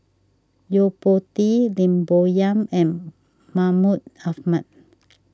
Yo Po Tee Lim Bo Yam and Mahmud Ahmad